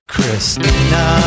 Christina